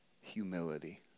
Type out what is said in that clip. humility